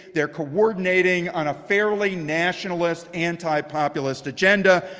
they're coordinating on a fairly nationalist antipopulist agenda.